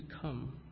come